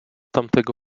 tamtego